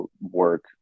work